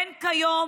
אין כיום